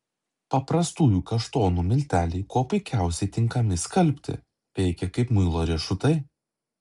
paprastųjų kaštonų milteliai kuo puikiausiai tinkami skalbti veikia kaip muilo riešutai